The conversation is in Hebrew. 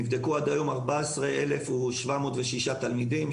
נבדקו עד היום 14,706 תלמידים,